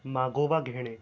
मागोवा घेणे